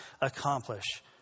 accomplish